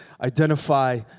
identify